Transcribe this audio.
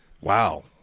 Wow